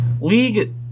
League